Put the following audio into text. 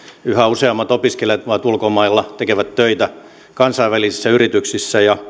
yhä useammat opiskelevat ulkomailla tekevät töitä kansainvälisissä yrityksissä ja